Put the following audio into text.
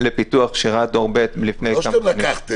-- לפיתוח שיר"ה דור ב' לפני כמה שנים --- לא שאתם לקחתם,